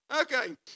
Okay